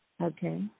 Okay